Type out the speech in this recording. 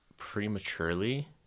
prematurely